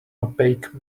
opaque